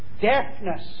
deafness